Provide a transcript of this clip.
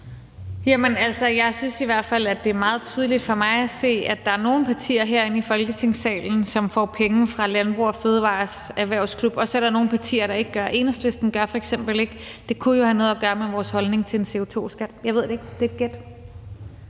Jeg synes i hvert fald, at det er meget tydeligt for mig at se, at der er nogle partier herinde i Folketingssalen, som får penge fra Landbrug & Fødevarers erhvervsklub, og så er der nogle partier, der ikke gør. Enhedslisten gør f.eks. ikke, og det kunne jo have noget at gøre med vores holdning til en CO2-skat. Jeg ved det ikke, men det er et gæt.